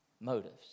motives